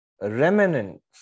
remnants